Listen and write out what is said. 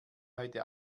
heute